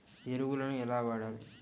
ఎరువులను ఎలా వాడాలి?